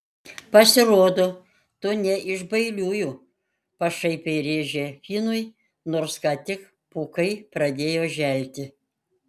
pasirodo tu ne iš bailiųjų pašaipiai rėžė finui nors ką tik pūkai pradėjo želti